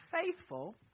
faithful